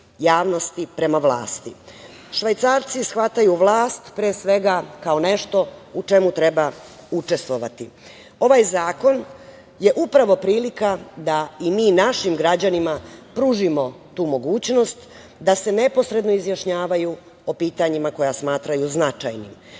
javnosti prema vlasti. Švajcarci shvataju vlast, pre svega kao nešto u čemu treba učestvovati. Ovaj Zakon je upravo prilika da i mi našim građanima pružimo tu mogućnost da se neposredno izjašnjavaju o pitanjima koja smatraju značajnim. Predlog